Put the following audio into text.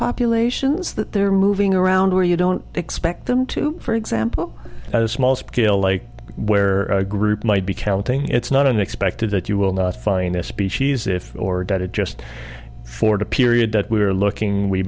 populations that they're moving around where you don't expect them to for example a small scale like where a group might be counting it's not unexpected that you will not find a species if or did it just for the period that we are looking we